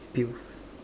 pills